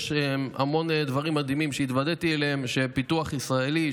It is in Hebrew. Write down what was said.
יש המון דברים מדהימים שהתוודעתי להם שהם פיתוח ישראלי,